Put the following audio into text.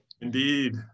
Indeed